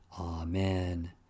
Amen